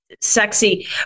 sexy